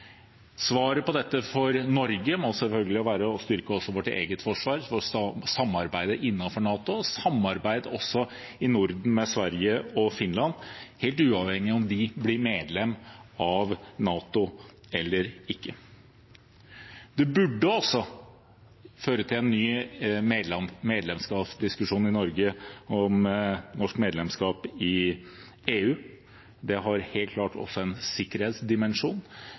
på dette for Norge må selvfølgelig være å styrke også vårt eget forsvar, å samarbeide innenfor NATO og samarbeide også i Norden med Sverige og Finland, helt uavhengig av om de blir medlem av NATO eller ikke. Det burde også føre til en ny medlemskapsdiskusjon i Norge om norsk medlemskap i EU. Det har helt klart også en sikkerhetsdimensjon.